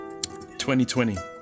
2020